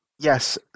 yes